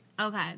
Okay